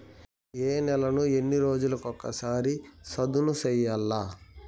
ఏ నేలను ఎన్ని రోజులకొక సారి సదును చేయల్ల?